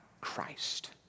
Christ